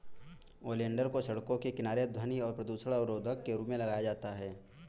oleander को सड़कों के किनारे ध्वनि और प्रदूषण अवरोधक के रूप में लगाया जाता है